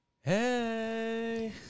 Hey